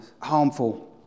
harmful